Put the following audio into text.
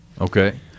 Okay